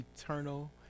eternal